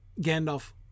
Gandalf